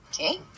Okay